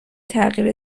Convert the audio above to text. تغییر